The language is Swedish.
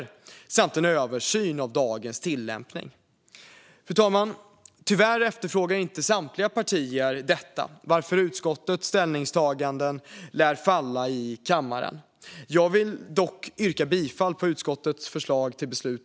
Tillkännagivandet gäller även en översyn av dagens tillämpning. Fru talman! Tyvärr efterfrågar inte samtliga partier detta, varför utskottets ställningstagande lär falla i kammaren. Jag vill ändå yrka bifall till utskottets förslag till beslut.